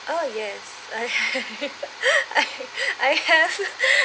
oh yes I I I have